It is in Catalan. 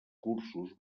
cursos